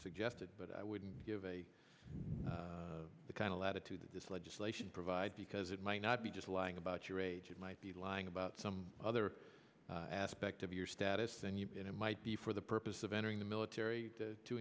suggested but i wouldn't give a the kind of latitude to just legislation provide because it might not be just lying about your age it might be lying about some other aspect of your status then you might be for the purpose of entering the military to